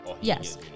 Yes